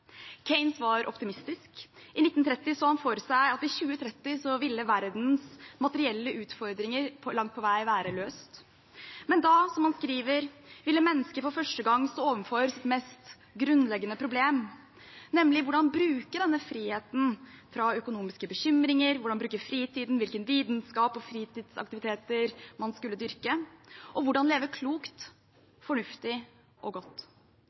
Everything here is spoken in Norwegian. var optimistisk. I 1930 så han for seg at i 2030 ville verdens materielle utfordringer langt på vei være løst. Men da, som han skriver, ville mennesket for første gang stå overfor sitt mest grunnleggende problem, nemlig hvordan man skulle bruke denne friheten fra økonomiske bekymringer, hvordan man skulle bruke fritiden, hvilke vitenskaps- og fritidsaktiviteter man skulle dyrke – og hvordan man skulle leve klokt, fornuftig og godt.